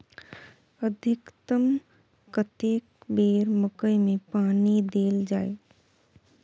अधिकतम कतेक बेर मकई मे पानी देल जाय?